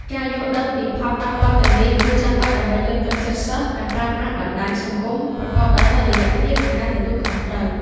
ការយល់ដឹងពីផលប៉ះពាល់ទាំងនេះ គឺចាំបាច់ដើម្បីលើកទឹកចិត្តសិស្សឱ្យប្រើប្រាស់បណ្ដាញសង្គមប្រកបដោយតុល្យភាព និងការទទួលខុសត្រូវ។